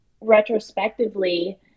retrospectively